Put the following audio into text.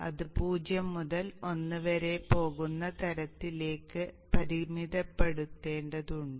അത് 0 മുതൽ 1 വരെ പോകുന്ന തരത്തിലേക്ക് പരിമിതപ്പെടുത്തേണ്ടതുണ്ട്